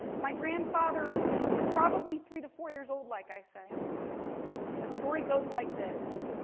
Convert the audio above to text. my grandfather was probably three to four years old like i say and the story goes like this.